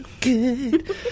good